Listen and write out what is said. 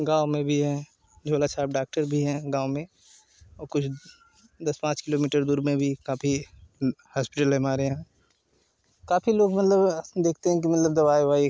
गाँव में भी है झोला छाप डॉक्टर भी है गाँव में और कुछ दस पाँच किलोमीटर दूर में भी काफी हॉस्पिटल है हमारे यहाँ काफी लोग मतलब देखते हैं कि मतलब दवाई ववाई